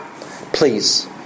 please